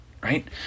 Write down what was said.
right